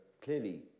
clearly